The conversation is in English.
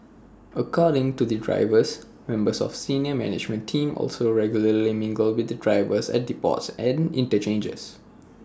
according to the drivers members of senior management team also regularly mingle with the drivers at depots and interchanges